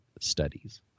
Studies